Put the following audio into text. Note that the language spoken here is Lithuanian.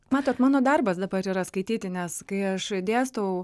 matot mano darbas dabar yra skaityti nes kai aš dėstau